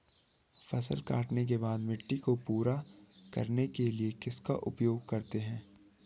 फसल काटने के बाद मिट्टी को पूरा करने के लिए किसका उपयोग करते हैं?